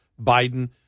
Biden